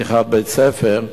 לפתיחת בית-ספר,